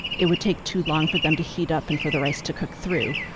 it would take too long for them to heat up, and for the rice to cook through.